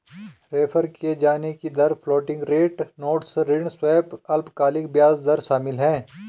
refer किये जाने की दर फ्लोटिंग रेट नोट्स ऋण स्वैप अल्पकालिक ब्याज दर शामिल है